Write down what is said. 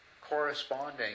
corresponding